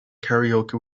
karaoke